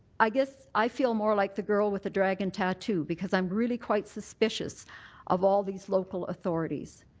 i guess i feel more like the girl with the dragon tattoo because i'm really quite suspicious of all these local authorities.